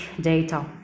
data